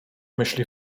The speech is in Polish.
myśli